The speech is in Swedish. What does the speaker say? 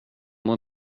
mår